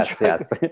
yes